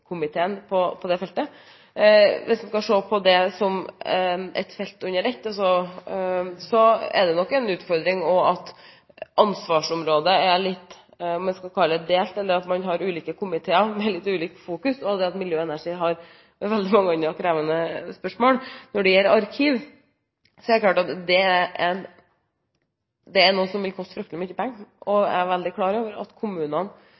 på det feltet. Hvis vi skal se på det som et felt under ett, er det nok også en utfordring at ansvarsområdet er litt – om jeg skal kalle det – delt, eller at man har ulike komiteer med litt ulikt fokus, og at energi- og miljøkomiteen har veldig mange andre krevende spørsmål. Når det gjelder arkiv, er det klart at det er noe som vil koste fryktelig mye penger, og jeg er veldig klar over at kommunene